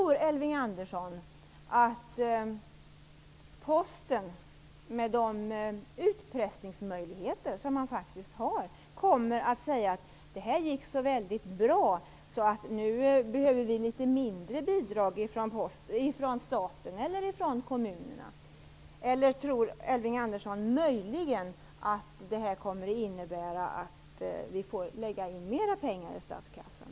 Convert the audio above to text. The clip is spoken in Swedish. Tror Elving Andersson att Posten, med de utpressningsmöjligheter som man faktiskt har, kommer att säga att verksamheten gick så väldigt bra att man behöver mindre bidrag från staten eller kommunerna? Tror Elving Andersson möjligen att det kommer att innebära att vi får lägga in mer pengar i statskassan?